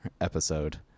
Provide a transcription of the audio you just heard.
episode